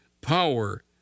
power